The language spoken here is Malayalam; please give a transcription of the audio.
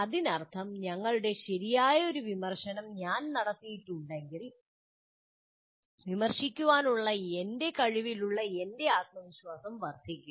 അതിനർത്ഥം ഞങ്ങളുടെ ശരിയായ ഒരു വിമർശനം ഞാൻ നടത്തിയിട്ടുണ്ടെങ്കിൽ വിമർശിക്കാനുള്ള എന്റെ കഴിവിലുള്ള എന്റെ ആത്മവിശ്വാസം വർദ്ധിക്കും